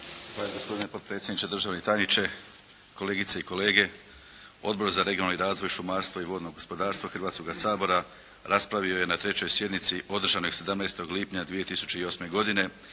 Hvala gospodine potpredsjedniče, državni tajniče, kolegice i kolege. Odbor za regionalni razvoj, šumarstvo i vodno gospodarstvo Hrvatskoga sabora raspravio je na 3. sjednici održanoj 17. lipnja 2008. godine